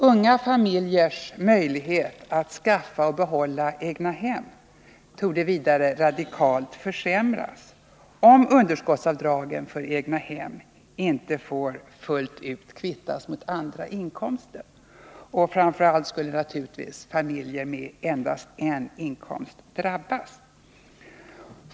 Unga familjers möjlighet att skaffa och behålla egnahem torde vidare radikalt försämras, om underskottsavdrag för egnahem inte får fullt ut kvittas mot andra inkomster. Framför allt skulle naturligtvis familjer med endast en inkomst drabbas.